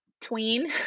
tween